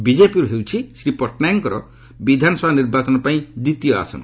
ବିଜେପୁର ହେଉଛି ଶ୍ରୀ ପଟ୍ଟନାୟକଙ୍କର ବିଧାନସଭା ନିର୍ବାଚନ ପାଇଁ ଦ୍ୱିତୀୟ ଆସନ